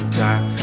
time